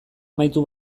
amaitu